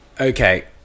okay